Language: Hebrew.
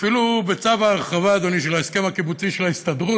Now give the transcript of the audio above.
אפילו בצו ההרחבה של ההסכם הקיבוצי של ההסתדרות,